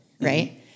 right